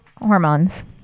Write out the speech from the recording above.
hormones